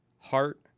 heart